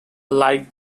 like